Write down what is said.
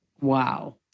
Wow